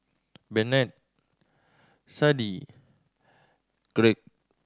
Bennett Sadie Gregg